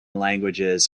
languages